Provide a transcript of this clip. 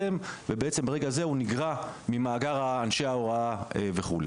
וברגע הזה הוא בעצם נגרע ממאגר אנשי ההוראה וכו'.